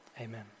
Amen